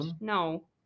No